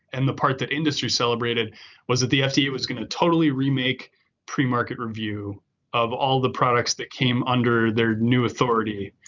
and the part that industry celebrated was that the fda yeah was going to totally remake pre-market review of all the products that came under their new authority.